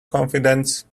confidence